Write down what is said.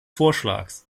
vorschlags